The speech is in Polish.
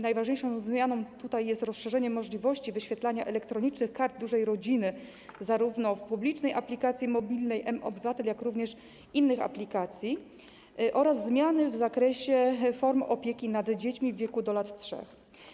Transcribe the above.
Najważniejsze zmiany to rozszerzenie możliwości wyświetlania elektronicznych Kart Dużej Rodziny zarówno w publicznej aplikacji mobilnej mObywatel, jak również w innych aplikacjach, oraz zmiany w zakresie form opieki nad dziećmi w wieku do lat 3.